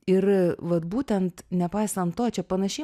ir vat būtent nepaisant to čia panašiai